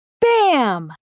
Bam